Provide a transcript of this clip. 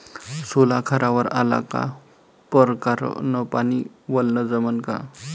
सोला खारावर आला का परकारं न पानी वलनं जमन का?